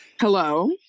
Hello